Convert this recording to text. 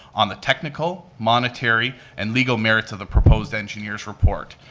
on the technical, monetary, and legal merits of the proposed engineer's report.